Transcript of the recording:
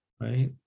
right